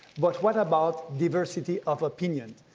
but what about diversity of opinion?